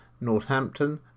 Northampton